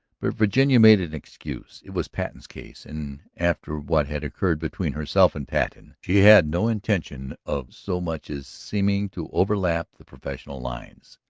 but virginia made an excuse it was patten's case and after what had occurred between herself and patten she had no intention of so much as seeming to overstep the professional lines.